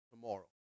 tomorrow